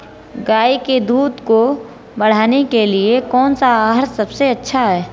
गाय के दूध को बढ़ाने के लिए कौनसा आहार सबसे अच्छा है?